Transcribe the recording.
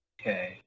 Okay